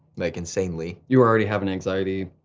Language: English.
like insanely. you were already having anxiety?